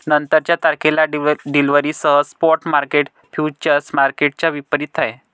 नंतरच्या तारखेला डिलिव्हरीसह स्पॉट मार्केट फ्युचर्स मार्केटच्या विपरीत आहे